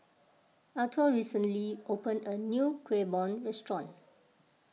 Arthor recently opened a new Kuih Bom restaurant